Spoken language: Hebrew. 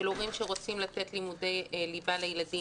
הורים שרוצים לתת לימודי ליבה לילדים,